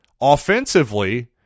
offensively